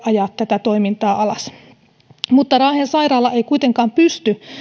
ajaa tätä toimintaa alas raahen sairaala ei kuitenkaan pysty